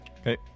Okay